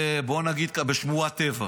בוא נגיד, בשמורת טבע.